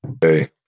Hey